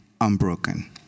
unbroken